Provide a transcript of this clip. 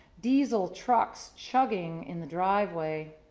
diesel trucks chugging in the driveway.